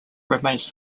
remains